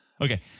Okay